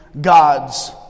God's